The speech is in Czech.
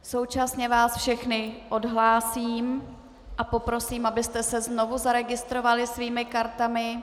Současně vás všechny odhlásím a poprosím, abyste se znovu zaregistrovali svými kartami.